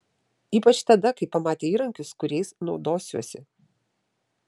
ypač tada kai pamatė įrankius kuriais naudosiuosi